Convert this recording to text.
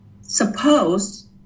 Suppose